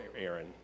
Aaron